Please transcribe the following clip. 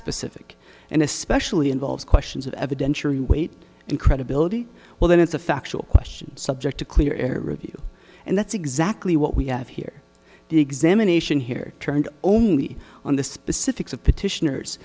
specific and especially involves questions of evidentiary weight and credibility well then it's a factual question subject to clear air review and that's exactly what we have here the examination here turned only on the specifics of petitioners